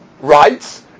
rights